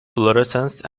fluorescence